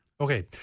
Okay